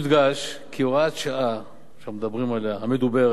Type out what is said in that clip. יודגש כי הוראת השעה המדוברת